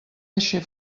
eixe